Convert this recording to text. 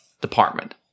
department